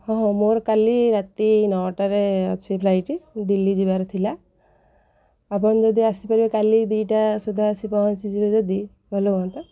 ହଁ ହଁ ମୋର କାଲି ରାତି ନଅଟାରେ ଅଛି ଫ୍ଲାଇଟ୍ ଦିଲ୍ଲୀ ଯିବାର ଥିଲା ଆପଣ ଯଦି ଆସିପାରିବେ କାଲି ଦୁଇଟା ସୁଦ୍ଧା ଆସି ପହଞ୍ଚିଯିବେ ଯଦି ଭଲ ହୁଅନ୍ତା